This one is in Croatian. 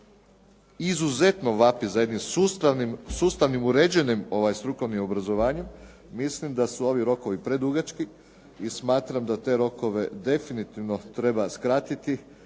izuzetno vapi za jednim sustavnim uređenim strukovnim obrazovanjem. Mislim da su ovi rokovi predugački i smatram da te rokove definitivno treba skratiti,